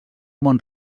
mont